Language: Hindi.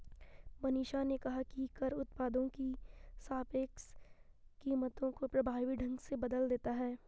मनीषा ने कहा कि कर उत्पादों की सापेक्ष कीमतों को प्रभावी ढंग से बदल देता है